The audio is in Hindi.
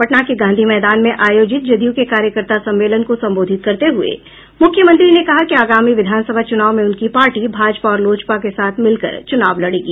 पटना के गांधी मैदान में आयोजित जदयू के कार्यकर्ता सम्मेलन को संबोधित करते हुए मुख्यमंत्री ने कहा कि आगामी विधानसभा चुनाव में उनकी पार्टी भाजपा और लोजपा के साथ मिलकर चुनाव लड़ेगी